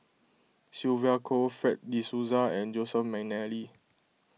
Sylvia Kho Fred De Souza and Joseph McNally